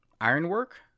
Ironwork